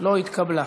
לא התקבלה.